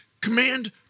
command